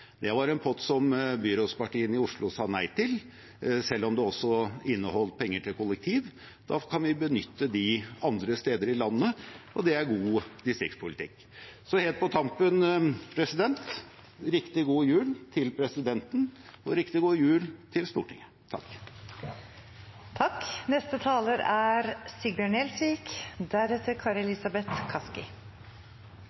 Det var en pott som byrådspartiene i Oslo sa nei til, selv om det også inneholdt penger til kollektiv. Da kan vi benytte dem andre steder i landet, og det er god distriktspolitikk. Helt på tampen: Riktig god jul til presidenten, og riktig god jul til Stortinget!